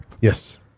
Yes